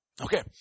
Okay